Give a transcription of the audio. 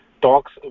talks